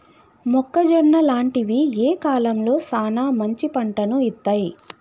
మొక్కజొన్న లాంటివి ఏ కాలంలో సానా మంచి పంటను ఇత్తయ్?